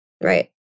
Right